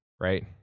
right